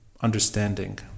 understanding